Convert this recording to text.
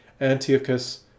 Antiochus